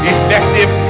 Effective